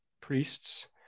priests